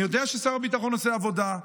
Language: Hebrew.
אני יודע ששר הביטחון עושה עבודה,